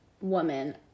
woman